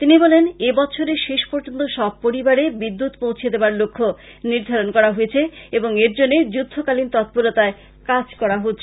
তিনি বলেন এবছরের শেষ পর্য্যন্ত সব পরিবারের বিদ্যুৎ পৌছে দেবার লক্ষ্য নির্ধারন করা হয়েছে এবং এরজন্য যুদ্ধকালীন তৎপরতায় কাজ করা হচ্ছে